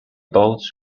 boats